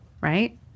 right